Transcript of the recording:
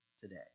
today